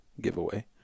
giveaway